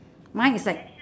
mine is like